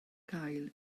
gael